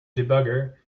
debugger